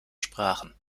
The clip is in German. sprachen